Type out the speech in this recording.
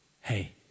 Hey